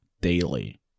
Daily